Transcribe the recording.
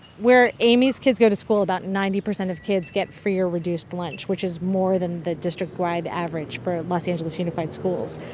where amy's kids go to school, about ninety percent of kids get free or reduced lunch, which is more than the district-wide average for los angeles unified schools.